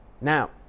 Now